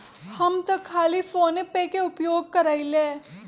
हम तऽ खाली फोनेपे के उपयोग करइले